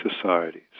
societies